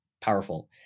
powerful